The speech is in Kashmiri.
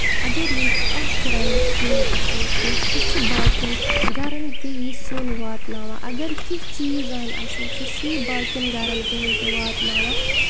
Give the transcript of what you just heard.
اَگر ییٚتہِ اکھ رَنہِ سیُن اَصٕل کیٚنٛہہ سُہ چھُ باقین گرن تہِ یہِ سیُن واتناوان اَگر کیٚنٛہہ چیٖز انہِ اَصٕل سُہ چھُ یہِ باقین گرن تام تہِ واتناوان